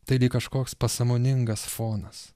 tai lyg kažkoks pasąmoningas fonas